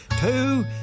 Two